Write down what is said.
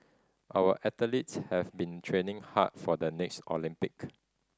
our athletes have been training hard for the next Olympic